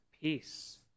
peace